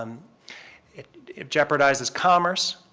um it jeopardizes commerce,